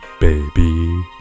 baby